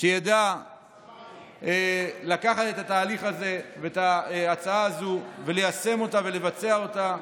שידע לקחת את התהליך הזה ואת ההצעה הזאת וליישם אותה ולבצע אותה